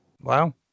wow